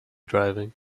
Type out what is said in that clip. driving